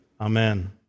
Amen